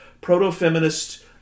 proto-feminist